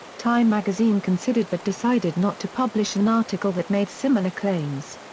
time magazine considered but decided not to publish an article that made similar claims.